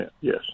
yes